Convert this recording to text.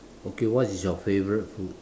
okay what is your favourite food